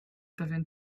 pewien